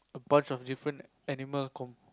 a bunch of different animals con~